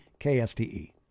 KSTE